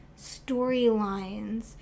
storylines